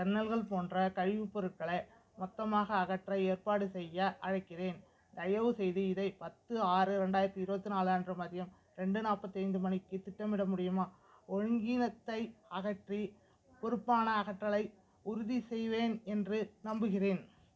ஜன்னல்கள் போன்ற கழிவுப்பொருட்களை மொத்தமாக அகற்ற ஏற்பாடு செய்ய அழைக்கிறேன் தயவுசெய்து இதை பத்து ஆறு ரெண்டாயிரத்தி இருபத்து நாலு அன்று மதியம் ரெண்டு நாற்பத்தி ஐந்து மணிக்கு திட்டமிட முடியுமா ஒழுங்கீனத்தை அகற்றி பொறுப்பான அகற்றலை உறுதி செய்வேன் என்று நம்புகிறேன்